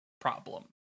problem